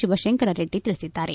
ಶಿವಶಂಕರರೆಡ್ಡಿ ತಿಳಿಸಿದ್ದಾರೆ